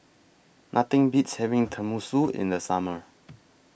Nothing Beats having Tenmusu in The Summer